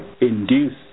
induce